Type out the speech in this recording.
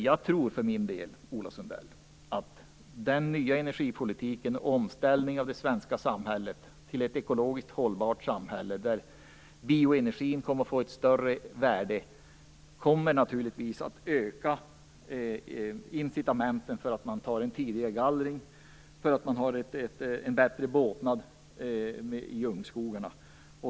Jag tror för min del, Ola Sundell, att den nya energipolitiken och omställningen av det svenska samhället till ett ekologiskt hållbart samhälle, där bioenergin kommer att få ett större värde, kommer att öka incitamenten för en tidigare gallring och för en bättre båtnad i ungskogarna.